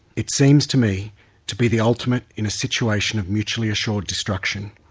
it seems to me to be the ultimate in a situation of mutually assured destruction.